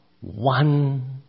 one